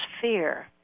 fear